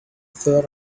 third